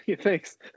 thanks